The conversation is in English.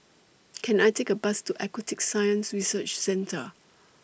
Can I Take A Bus to Aquatic Science Research Centre